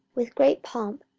with great pomp,